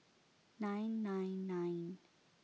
nine nine nine